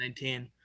2019